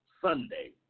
Sunday